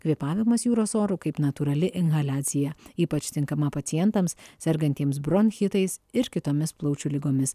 kvėpavimas jūros oru kaip natūrali inhaliacija ypač tinkama pacientams sergantiems bronchitais ir kitomis plaučių ligomis